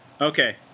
Okay